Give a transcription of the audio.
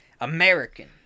American